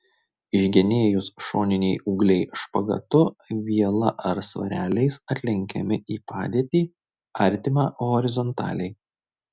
išgenėjus šoniniai ūgliai špagatu viela ar svareliais atlenkiami į padėtį artimą horizontaliai